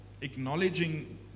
acknowledging